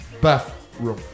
bathroom